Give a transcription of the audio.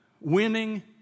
winning